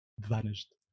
vanished